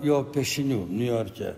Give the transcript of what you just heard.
jo piešinių niujorke